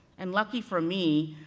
and lucky for me,